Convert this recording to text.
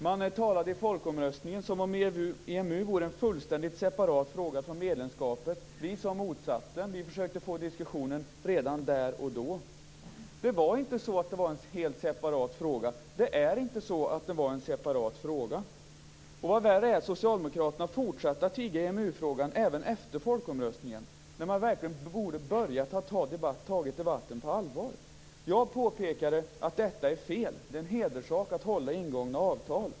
Man talade i folkomröstningen som att EMU var en fullständigt separat fråga från medlemskapet, men vi hävdade motsatsen. Vi försökte att få i gång diskussionen redan då. Det var inte och är inte en helt separat fråga. Och vad värre är: Socialdemokraterna fortsatte att tiga i EMU-frågan även efter folkomröstningen när de verkligen borde ha tagit tag i debatten på allvar. Jag påpekade att detta var fel. Det är en hederssak att hålla ingångna avtal.